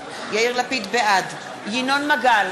בעד ינון מגל,